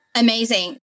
Amazing